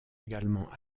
également